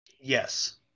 Yes